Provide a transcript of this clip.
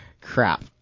Crap